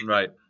Right